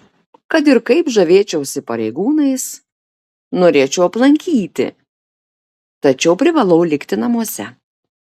kad ir kaip žavėčiausi pareigūnais norėčiau aplankyti tačiau privalau likti namuose